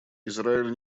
израиль